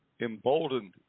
Emboldened